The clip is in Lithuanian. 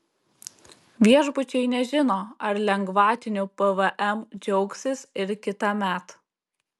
viešbučiai nežino ar lengvatiniu pvm džiaugsis ir kitąmet